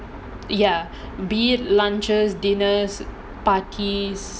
ya be it lunches dinners parties